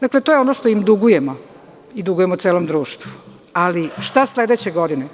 Dakle, to je ono što im dugujemo i dugujemo celom društvu, ali šta sledeće godine?